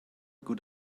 good